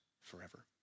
forever